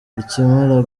akimara